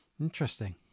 interesting